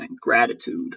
Gratitude